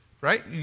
Right